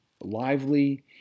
lively